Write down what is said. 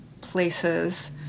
places